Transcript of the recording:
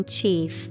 Chief